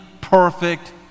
perfect